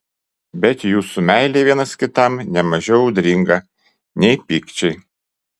bet jūsų meilė vienas kitam ne mažiau audringa nei pykčiai